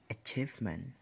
achievement